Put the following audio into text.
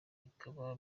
bikaba